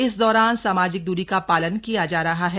इस दौरान सामाजिक द्ररी का पालन किया जा रहा है